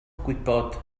gwybod